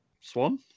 Swan